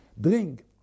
drink